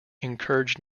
encouraged